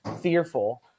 fearful